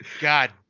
God